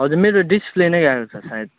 हजुर मेरो डिसप्ले नै गएको छ सायद